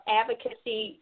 advocacy